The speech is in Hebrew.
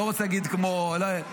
לא רוצה להגיד כמו ------ רגע,